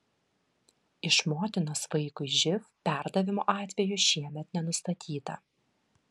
iš motinos vaikui živ perdavimo atvejų šiemet nenustatyta